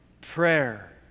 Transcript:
prayer